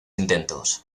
intentos